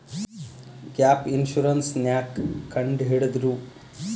Gap insurance ನ್ಯಾಕ್ ಕಂಢಿಡ್ದ್ರು?